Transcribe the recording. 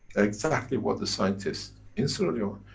exactly what the scientists in sierra leone,